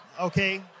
Okay